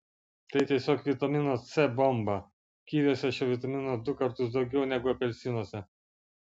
tai tiesiog vitamino c bomba kiviuose šio vitamino du kartus daugiau negu apelsinuose